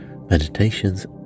meditations